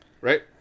Right